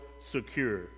secure